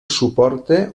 suporta